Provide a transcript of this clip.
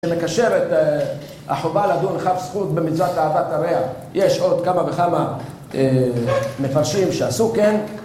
שמקשר את החובה לדון חף זכות במצוות אהבת הרע, יש עוד כמה וכמה מפרשים שעשו כן